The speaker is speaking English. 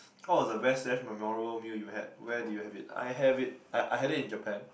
what was the best slash memorable meal you had where did you have it I have it I I had it in Japan